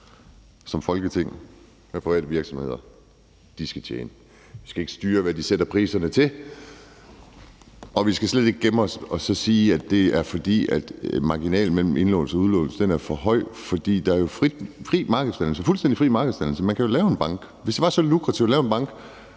som Folketing styre, hvad private virksomheder skal tjene. Vi skal ikke styre, hvad de sætter priserne til, og vi skal slet ikke gemme os og sige, at det er, fordi marginalen mellem indlåns- og udlånsrenten er for høj, for der er jo fri markedsdannelse, fuldstændig fri markedsdannelse. Man kan jo lave en bank. Hvis det var så lukrativt at lave en bank